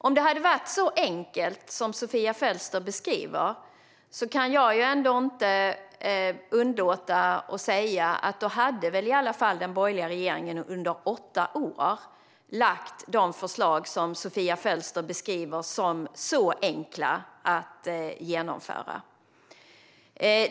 Om det hade varit så enkelt som Sofia Fölster beskriver det kan jag inte underlåta att säga att då hade väl den borgerliga regeringen någon gång under sina åtta år lagt fram de förslag som Sofia Fölster beskriver som så enkla att genomföra.